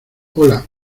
hola